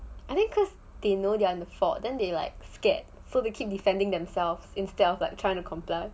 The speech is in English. I think cause they know they're at fault then they like scared so they keep defending themselves instead of like trying to comply